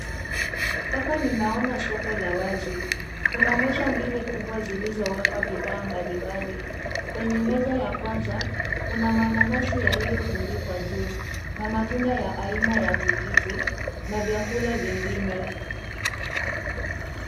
Hapa ninaona soko la wazi. Kuna meza mbili kubwa zilizowekwa bidhaa mbalimbali. Kwenye meza ya kwanza, kuna mananasi yaliyotundikwa juu, na matunda ya aina ya tikiti, na vyakula vingine.